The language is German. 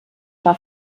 war